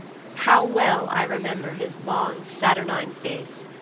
how well i remember his long saturnine face,